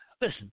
Listen